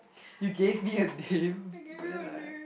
you gave me a name but then like